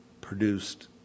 produced